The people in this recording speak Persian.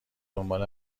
دنبال